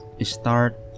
Start